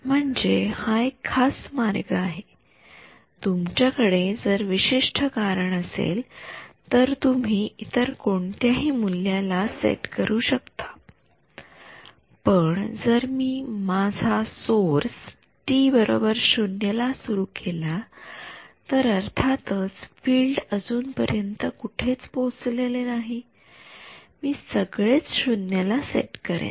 म्हणजे हा एक खास मार्ग आहे तुमच्या कडे जर विशिष्ट कारण असेल तर तुम्ही इतर कोणत्याही मूल्याला सेट करू शकता पण जर मी माझा सोअर्स टी0 ला सुरु केला तर अर्थातच फील्ड अजून पर्यंत कुठेच पोचलेले नाही मी सगळेच शून्यला सेट करेन